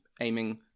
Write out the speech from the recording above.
aiming